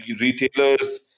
retailers